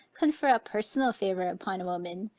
confer a personal favor upon a woman,